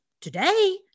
Today